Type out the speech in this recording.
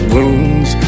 Wounds